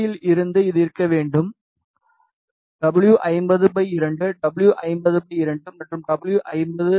U இல் இது இருக்க வேண்டும் w50 2 w50 2 மற்றும் w50 1